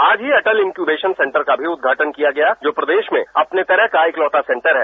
आज ही Atal incubation centre का भी उद्घाटन किया गया जो प्रदेश में अपने तरह का इकलौता सेंटर है